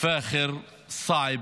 פאח'ר סעב,